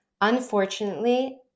Unfortunately